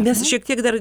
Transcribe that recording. mes šiek tiek dar